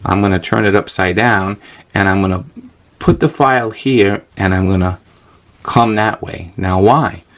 um gonna turn it upside down and i'm gonna put the file here and i'm gonna come that way. now why?